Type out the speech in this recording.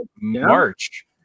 March